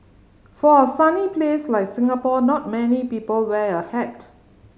for a sunny place like Singapore not many people wear a hat